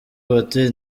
voiture